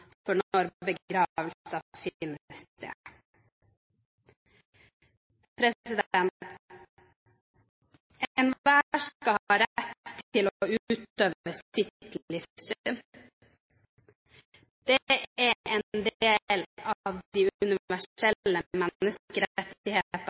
rett til å utøve sitt livssyn. Det er en del av de